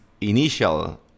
initial